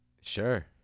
Sure